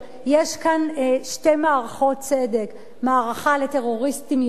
יש כאן שתי מערכות צדק: מערכה לטרוריסטים יהודים,